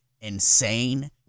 insane